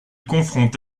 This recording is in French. confronte